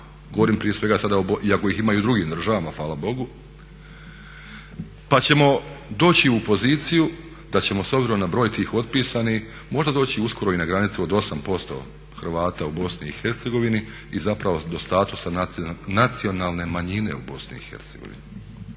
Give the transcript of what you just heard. govorim prije svega sada, iako ih ima i u drugim državama hvala Bogu, pa ćemo doći u poziciju da ćemo s obzirom na broj tih otpisanih možda doći uskoro i na granicu od 8% Hrvata u Bosni i Hercegovini i zapravo do statusa nacionalne manjine u Bosni